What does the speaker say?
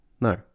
No